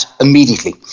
immediately